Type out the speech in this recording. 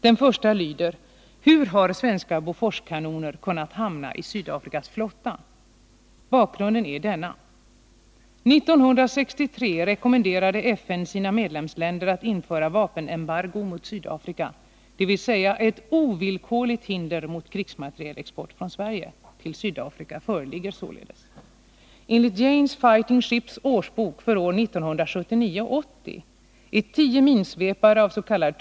Den första frågan lyder: Hur har svenska Boforskanoner kunnat hamna i Sydafrikas flotta? Bakgrunden är denna: 1963 rekommenderade FN sina medlemsländer att införa vapenembargo mot Sydafrika. Ett ovillkorligt hinder mot krigsmaterielexport från Sverige till Sydafrika föreligger således. Enligt Janes Fighting Ships årsbok för år 1979-1980 är tio minsvepare avs.k.